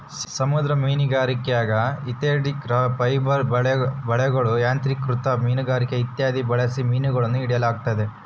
ಸಮುದ್ರ ಮೀನುಗಾರಿಕ್ಯಾಗ synthetic fibre ಬಲೆಗಳು, ಯಾಂತ್ರಿಕೃತ ಮೀನುಗಾರಿಕೆ ಇತ್ಯಾದಿ ಬಳಸಿ ಮೀನುಗಳನ್ನು ಹಿಡಿಯಲಾಗುತ್ತದೆ